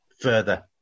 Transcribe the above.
further